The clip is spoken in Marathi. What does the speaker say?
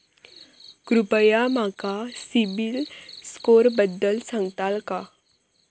कृपया माका सिबिल स्कोअरबद्दल सांगताल का?